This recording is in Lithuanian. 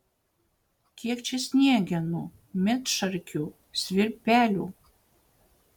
kiek čia sniegenų medšarkių svirbelių